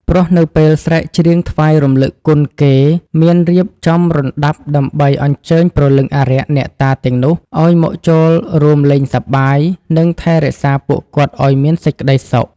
ព្រោះនៅពេលស្រែកច្រៀងថ្វាយរំលឹកគុនគេមានរៀបចំរណ្ដាប់ដើម្បីអញ្ជើញព្រលឹងអារក្ស អ្នកតាទាំងនោះឲ្យមកចូលរួមលេងសប្បាយ និងថែរក្សាពួកគាត់ឲ្យមានសេចក្ដីសុខ ។